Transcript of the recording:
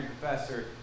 professor